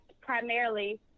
primarily